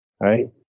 right